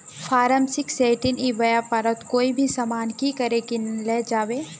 Form sixteen ई व्यापारोत कोई भी सामान की करे किनले जाबे?